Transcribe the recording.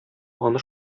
аны